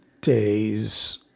days